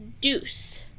Deuce